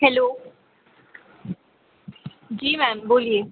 hello ji ma'am बोलिए